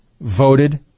voted